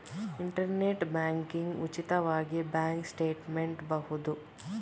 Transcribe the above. internet banking ಉಚಿತವಾಗಿ bank statement ಬಹುದು